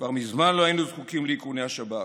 כבר מזמן לא היינו זקוקים לאיכוני השב"כ.